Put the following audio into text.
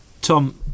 Tom